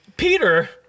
Peter